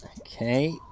Okay